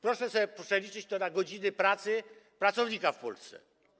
Proszę sobie przeliczyć to na godziny pracy pracownika w Polsce.